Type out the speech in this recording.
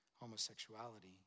homosexuality